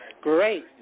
Great